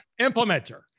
Implementer